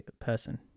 person